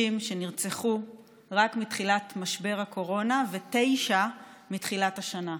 שנרצחו רק מתחילת משבר הקורונה ותשע מתחילת השנה.